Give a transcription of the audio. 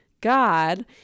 God